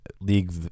league